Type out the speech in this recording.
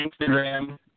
Instagram